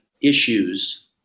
issues